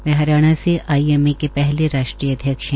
वह हरियाणा से I M A के पहले राष्ट्रीय अध्यक्ष है